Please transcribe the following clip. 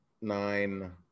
nine